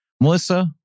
Melissa